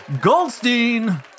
Goldstein